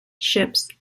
ships